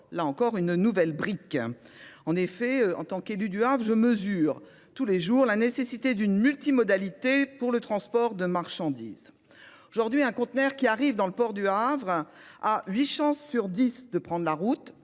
Là encore une nouvelle brique. En effet, en tant qu'élu du Havre, je mesure tous les jours la nécessité d'une multimodalité pour le transport de marchandises. Aujourd'hui, un conteneur qui arrive dans le port du Havre a huit chances sur dix de prendre la route,